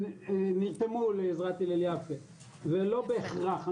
נרתמו לעזרת הלל יפה ולא בהכרח,